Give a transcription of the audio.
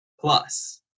Plus